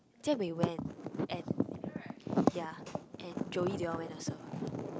Jian-Wei went and yeah and Joey they all went also